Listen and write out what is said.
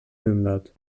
inundat